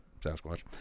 Sasquatch